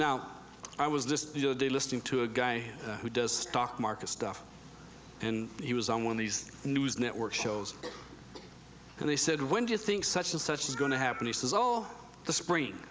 now i was just listening to a guy who does stock market stuff when he was on one of these news network shows and they said when do you think such and such is going to happen he says all the spring